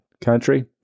country